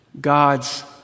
God's